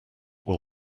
will